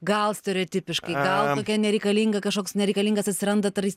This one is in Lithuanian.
gal stereotipiškai gal kokia nereikalinga kažkoks nereikalingas atsiranda tar